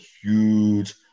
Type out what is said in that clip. huge